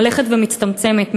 הולכת ומצטמצמת,